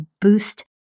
boost